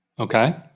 okay.